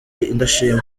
indashima